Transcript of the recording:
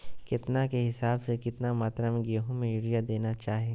केतना के हिसाब से, कितना मात्रा में गेहूं में यूरिया देना चाही?